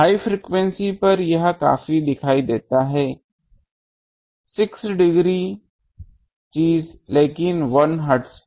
high frequency पर यह काफी दिखाई देता है 6 डिग्री चीज लेकिन 1MHz पर